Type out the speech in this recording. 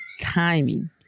timing